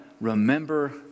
remember